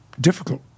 difficult